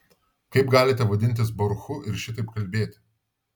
kaip galite vadintis baruchu ir šitaip kalbėti